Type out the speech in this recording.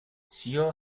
seoul